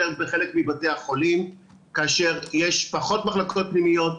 בחלק מבתי החולים כאשר יש פחות מחלקות פנימיות,